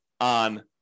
on